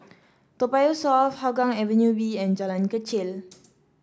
Toa Payoh South Hougang Avenue B and Jalan Kechil